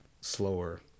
slower